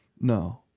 no